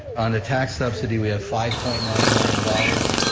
on the tax subsidy we have five point nine million dollars,